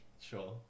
Sure